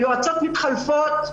היועצות מתחלפות,